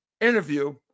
interview